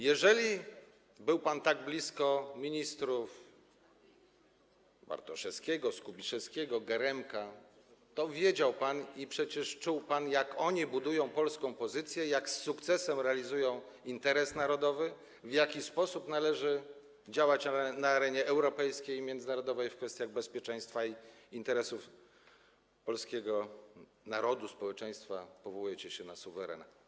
Jeżeli był pan tak blisko ministrów Bartoszewskiego, Skubiszewskiego, Geremka, to przecież wiedział pan i czuł, jak oni budują polską pozycję, jak z sukcesem realizują interes narodowy, w jaki sposób należy działać na arenie europejskiej i międzynarodowej w kwestiach bezpieczeństwa i interesów polskiego narodu, społeczeństwa - powołujecie się na suwerena.